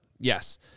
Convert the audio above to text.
yes